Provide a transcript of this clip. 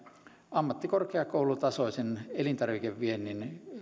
ammattikorkeakoulutasoisen elintarvikeviennin